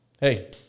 hey